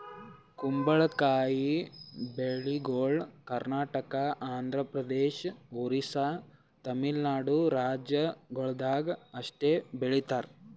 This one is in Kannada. ಕುಂಬಳಕಾಯಿ ಬೆಳಿಗೊಳ್ ಕರ್ನಾಟಕ, ಆಂಧ್ರ ಪ್ರದೇಶ, ಒಡಿಶಾ, ತಮಿಳುನಾಡು ರಾಜ್ಯಗೊಳ್ದಾಗ್ ಅಷ್ಟೆ ಬೆಳೀತಾರ್